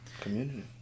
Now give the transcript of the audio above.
Community